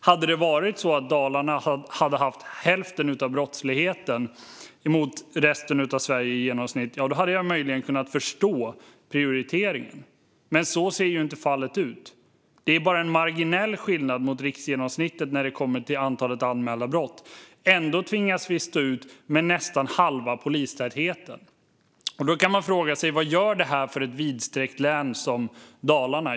Hade Dalarna bara haft hälften så stor brottslighet som genomsnittet av Sverige hade jag möjligen kunnat förstå prioriteringen, men så är ju inte fallet. Det är bara en marginell skillnad gentemot riksgenomsnittet när det gäller antalet anmälda brott. Ändå tvingas vi stå ut med bara nästan halva polistätheten. Vad betyder då detta för ett vidsträckt län som Dalarna?